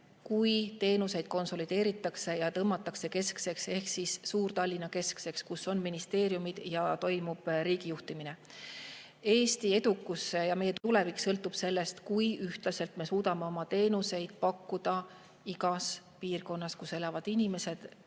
kui teenuseid konsolideeritakse ja tõmmatakse Suur-Tallinna-keskseks, [koondatakse sinna,] kus on ministeeriumid ja toimub riigi juhtimine. Eesti edukus ja meie tulevik sõltuvad sellest, kui ühtlaselt me suudame oma teenuseid pakkuda igas piirkonnas, kus elavad inimesed,